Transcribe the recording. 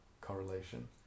correlation